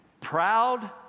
Proud